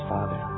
Father